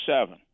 seven